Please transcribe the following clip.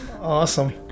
awesome